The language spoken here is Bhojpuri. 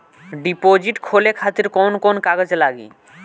डिपोजिट खोले खातिर कौन कौन कागज लागी?